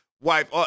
Wife